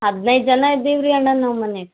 ಹದಿನೈದು ಜನ ಇದೀವಿ ರೀ ಅಣ್ಣ ನಾವು ಮನೆಯಾಗ್